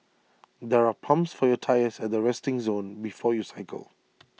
there are pumps for your tyres at the resting zone before you cycle